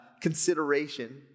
consideration